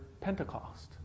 Pentecost